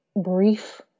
brief